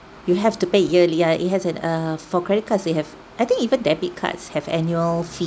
you have to pay yearly ya it has an err for credit cards it have I think even debit cards have annual fees